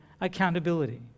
accountability